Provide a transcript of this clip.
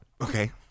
Okay